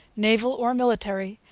naval or military,